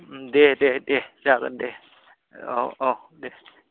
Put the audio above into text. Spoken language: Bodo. ओं दे दे दे जागोन दे औ औ दे